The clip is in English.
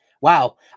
Wow